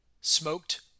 smoked